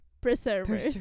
preservers